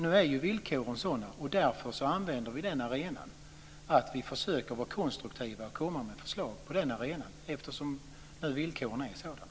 Nu är villkoren sådana, och därför använder vi arenan genom att vara konstruktiva och komma med förslag.